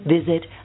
Visit